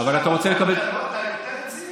אתה יותר רציני מזה.